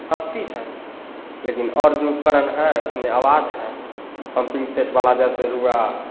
फसती है लेकिन और जो उपकरण है उसमें अवाज है पंपिंग सेट वाला जैसे हुआ